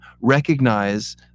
recognize